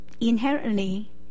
inherently